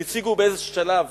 באיזה שלב